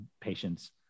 patient's